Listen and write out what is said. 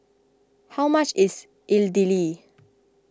how much is Idili